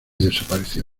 desapareció